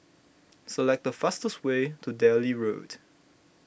select the fastest way to Delhi Road